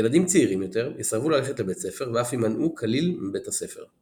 ילדים צעירים יותר יסרבו ללכת לבית ספר ואף יימנעו כליל מבית הספר.